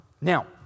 Now